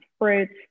fruits